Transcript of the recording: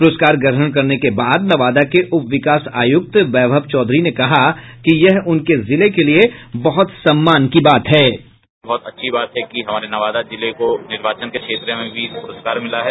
पुरस्कार ग्रहण करने के बाद नवादा के उप विकास आयुक्त वैभव चौधरी ने कहा कि यह उनके जिले के लिए बहुत सम्मान की बात है बाईट वैभव बहुत अच्छी बात है कि हमारे नवादा जिलों को निर्वाचन के क्षेत्र में पुरस्कार मिला है